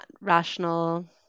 rational